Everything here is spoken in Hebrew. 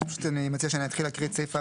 אני מציע שנתחיל להקריא את סעיף ההגדרות.